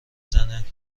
زند